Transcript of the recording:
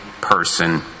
person